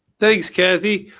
thanks kathi.